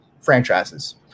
franchises